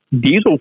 diesel